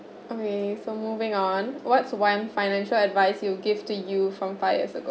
okay so moving on what's one financial advice you'll give to you from five years ago